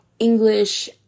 english